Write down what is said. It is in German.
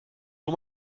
nur